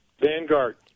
Vanguard